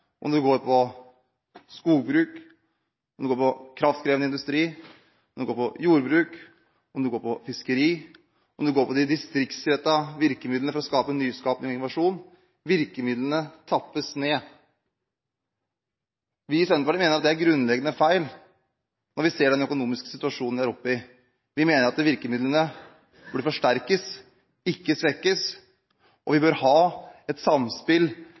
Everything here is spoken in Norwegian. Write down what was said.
om det går på skogbruk, om det går på kraftkrevende industri, om det går på jordbruk, om det går på fiskeri, om det går på de distriktsrettede virkemidlene for å skape nyskaping og innovasjon: Virkemidlene tappes ned. Vi i Senterpartiet mener det er grunnleggende feil når vi ser den økonomiske situasjonen vi er oppi. Vi mener at de virkemidlene burde forsterkes, ikke svekkes, og at vi burde ha et samspill